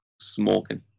smoking